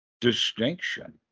Distinction